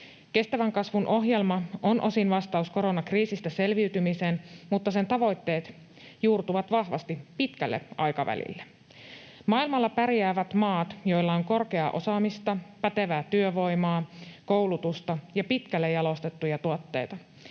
Kestävän kasvun ohjelma on osin vastaus koronakriisistä selviytymiseen, mutta sen tavoitteet juurtuvat vahvasti pitkälle aikavälille. Maailmalla pärjäävät maat, joilla on korkeaa osaamista, pätevää työvoimaa, koulutusta ja pitkälle jalostettuja tuotteita.